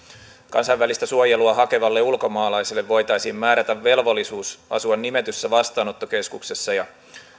kansainvälistä suojelua hakevalle ulkomaalaiselle voitaisiin määrätä velvollisuus asua nimetyssä vastaanottokeskuksessa ja